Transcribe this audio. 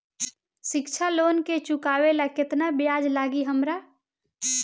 शिक्षा लोन के चुकावेला केतना ब्याज लागि हमरा?